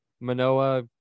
Manoa